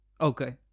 Okay